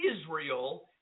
Israel